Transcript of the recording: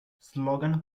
slogan